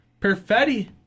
Perfetti